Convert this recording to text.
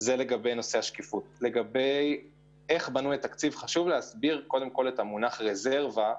לגבי בניית התקציב ועניין הרזרבות: המונח "רזרבה"